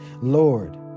Lord